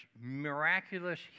miraculous